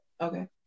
okay